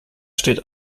steht